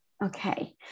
Okay